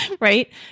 Right